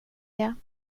jag